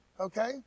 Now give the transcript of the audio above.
Okay